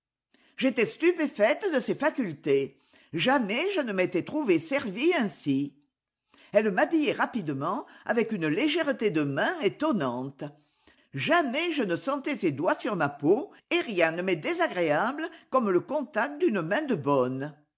j'étais stupéfaite de ses facultés jamais je ne m'étais trouvée servie ainsi elle m'habillait rapidement avec une légèreté de mains étonnante jamais je ne sentais ses doigts sur ma peau et rien ne m'est désagréable comme le contact d'une main de bonne